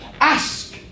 Ask